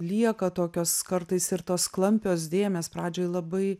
lieka tokios kartais ir tos klampios dėmės pradžioj labai